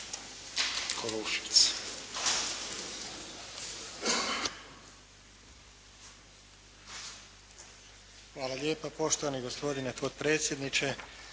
Hvala lijepo poštovani gospodine potpredsjedniče.